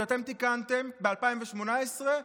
שאתם תיקנתם ב-2018,